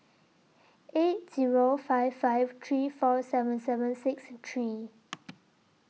eight Zero five five three four seven seven six three